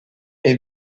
est